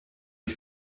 ich